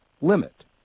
limit